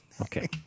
Okay